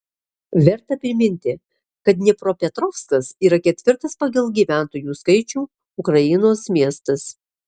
verta priminti kad dniepropetrovskas yra ketvirtas pagal gyventojų skaičių ukrainos miestas